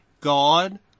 God